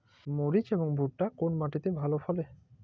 মরিচ এবং ভুট্টা কোন মাটি তে ভালো ফলে?